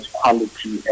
quality